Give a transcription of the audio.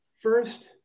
first